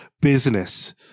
business